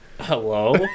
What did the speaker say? hello